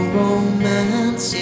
romance